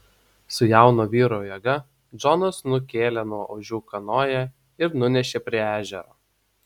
su jauno vyro jėga džonas nukėlė nuo ožių kanoją ir nunešė prie ežero